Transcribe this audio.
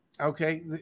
Okay